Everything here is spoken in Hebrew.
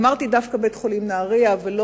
אמרתי דווקא בית-חולים נהרייה ולא